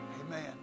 amen